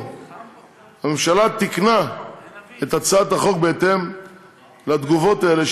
והממשלה תיקנה את הצעת החוק בהתאם לתגובות האלה,